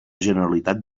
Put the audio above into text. generalitat